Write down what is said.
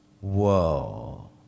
Whoa